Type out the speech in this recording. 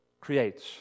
creates